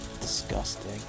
disgusting